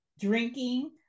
drinking